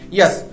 yes